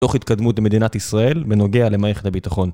תוך התקדמות למדינת ישראל בנוגע למערכת הביטחון